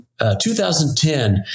2010